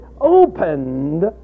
opened